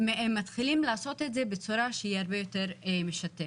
מתחילים לעשות את זה בצורה שהיא הרבה יותר משותפת.